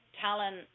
talent